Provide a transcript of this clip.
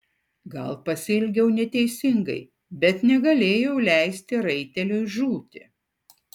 gal pasielgiau neteisingai bet negalėjau leisti raiteliui žūti